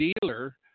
dealer